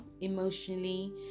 emotionally